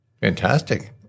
Fantastic